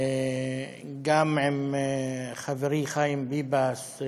גם חברי חיים ביבס,